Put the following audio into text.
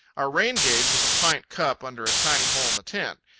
our rain-gauge was a pint cup under a tiny hole in the tent.